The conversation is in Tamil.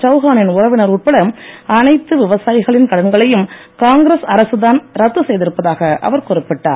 சௌஹானின் உறவினர் உட்பட அனைத்து விவசாயிகளின் கடன்களையும் காங்கிரஸ் அரசுதான் ரத்து செய்திருப்பதாக அவர் குறிப்பிட்டார்